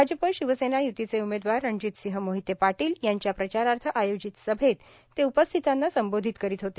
भाजप शिवसेना य्तीचे उमेदवार रणजीतसिंह मोहिते पाटील यांच्या प्रचारार्थ आयोजित सभेत ते उपस्थितांना संबोधित करीत होते